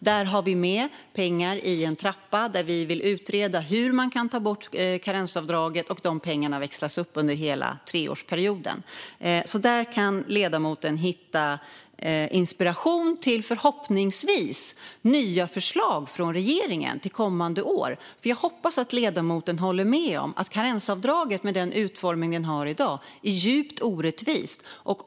Där har vi med pengar i en trappa. Vi vill utreda hur man kan ta bort karensavdraget. Dessa pengar växlas upp under hela treårsperioden. Där kan ledamoten förhoppningsvis hitta inspiration till nya förslag från regeringen till kommande år. Jag hoppas att ledamoten håller med om att karensavdraget, med den utformning som det har i dag, är djupt orättvist.